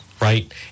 right